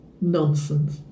nonsense